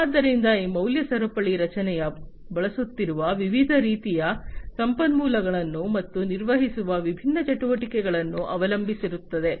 ಆದ್ದರಿಂದ ಈ ಮೌಲ್ಯ ಸರಪಳಿ ರಚನೆಯು ಬಳಸುತ್ತಿರುವ ವಿವಿಧ ರೀತಿಯ ಸಂಪನ್ಮೂಲಗಳನ್ನು ಮತ್ತು ನಿರ್ವಹಿಸುವ ವಿಭಿನ್ನ ಚಟುವಟಿಕೆಗಳನ್ನು ಅವಲಂಬಿಸಿರುತ್ತದೆ